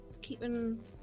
keeping